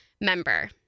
member